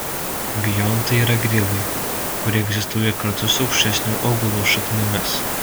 biontai yra grybai kurie egzistuoja kartu su aukštesnių augalų šaknimis